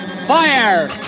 Fire